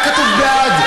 היה כתוב בעד,